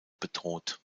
bedroht